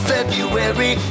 February